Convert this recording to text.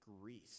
Greece